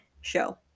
show